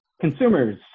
consumers